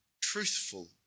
truthful